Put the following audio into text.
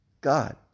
God